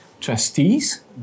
trustees